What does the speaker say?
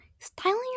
Styling